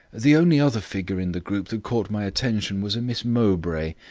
the only other figure in the group that caught my attention was a miss mowbray,